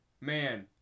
man